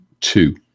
two